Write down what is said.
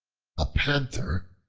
a panther,